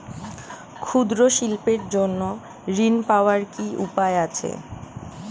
ক্ষুদ্র শিল্পের জন্য ঋণ পাওয়ার কি উপায় আছে?